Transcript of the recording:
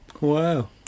wow